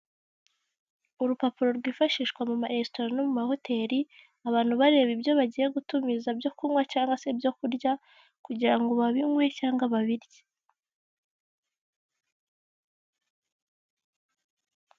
Urupapuro rwifashishwa mu maresitora no mu mahoteli, abantu bareba ibyo bagiye gutumiza byo kunywa cyangwa se byo kurya, kugira ngo babinywe cyangwa babirye.